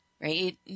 right